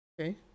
Okay